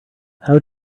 how